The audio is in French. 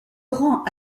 rend